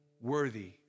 worthy